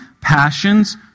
passions